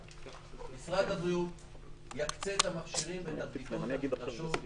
משרד הבריאות יקצה את המכשירים ואת הבדיקות החדשות .